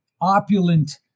opulent